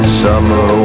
summer